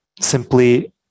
simply